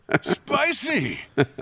Spicy